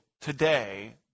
today